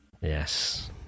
Yes